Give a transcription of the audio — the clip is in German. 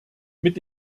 mit